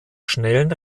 schnellen